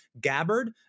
Gabbard